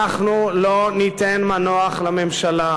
אנחנו לא ניתן מנוח לממשלה,